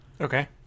Okay